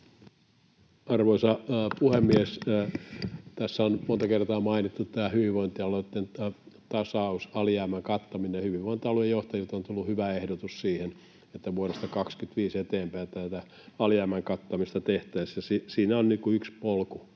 Arvoisa puhemies! Tässä on monta kertaa mainittu tämä hyvinvointialueitten tasausalijäämän kattaminen. Hyvinvointialueiden johtajilta on tullut hyvä ehdotus siihen, että vuodesta 25 eteenpäin tätä alijäämän kattamista tehtäisiin, ja siinä on yksi polku